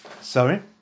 Sorry